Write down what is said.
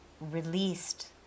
released